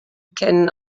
kennen